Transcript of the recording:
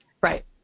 Right